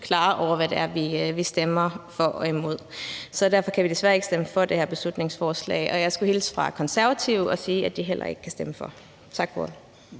klar over, hvad vi stemmer for og imod. Derfor kan vi desværre ikke stemme for det her beslutningsforslag. Jeg skulle hilse fra Konservative og sige, at de heller ikke kan stemme for. Tak for ordet.